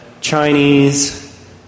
Chinese